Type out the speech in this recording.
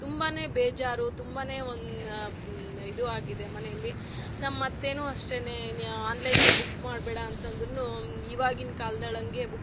ತುಂಬಾ ಬೇಜಾರು ತುಂಬಾ ಒನ್ ಇದು ಆಗಿದೆ ಮನೇಲಿ ನಮ್ಮ ಅತ್ತೆನು ಅಷ್ಟೇ ನೀ ಆನ್ಲೈನಲ್ಲಿ ಬುಕ್ ಮಾಡಬೇಡ ಅಂತ ಅಂದ್ರು ಇವಾಗಿನ ಕಾಲ್ದೋಳಂಗೆ ಬುಕ್